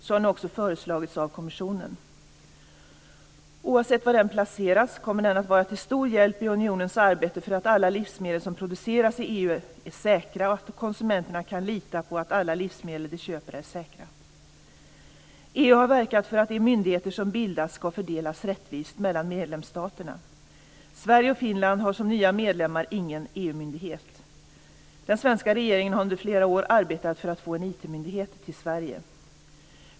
Så har nu också föreslagits av kommissionen. Oavsett var den placeras kommer den att vara till stor hjälp i unionens arbete för att alla livsmedel som produceras i EU är säkra och att konsumenterna kan lita på att alla livsmedel de köper är säkra. EU har verkat för att de myndigheter som bildas ska fördelas rättvist mellan medlemsstaterna. Sverige och Finland har som nya medlemmar ingen EU myndighet. Den svenska regeringen har under flera år arbetat för att få en IT-myndighet till Sverige.